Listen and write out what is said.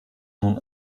nun